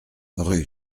rue